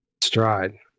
Stride